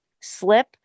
slip